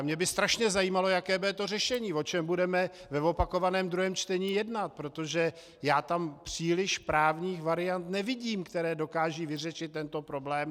Mě by strašně zajímalo, jaké bude to řešení, o čem budeme v opakovaném druhém čtení jednat, protože já tam příliš právních variant nevidím, které dokážou vyřešit tento problém.